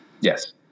Yes